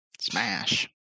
Smash